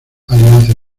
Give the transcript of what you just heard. alianza